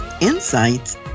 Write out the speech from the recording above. insights